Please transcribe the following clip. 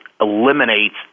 eliminates